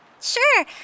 Sure